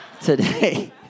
Today